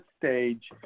stage